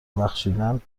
بخشیدن